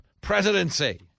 presidency